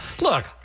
Look